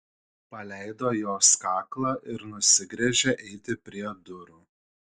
paleido jos kaklą ir nusigręžė eiti prie durų